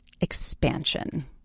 expansion